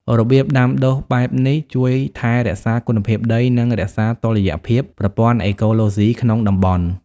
របៀបដាំដុះបែបនេះ ជួយថែរក្សាគុណភាពដី និងរក្សាតុល្យភាពប្រព័ន្ធអេកូឡូស៊ីក្នុងតំបន់។